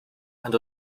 and